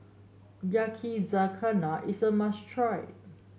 Yakizakana is a must try